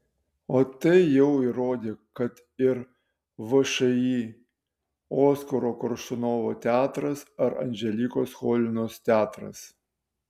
tai jau įrodė kad ir všį oskaro koršunovo teatras ar anželikos cholinos teatras